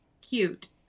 Cute